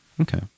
Okay